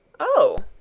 oh!